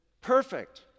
perfect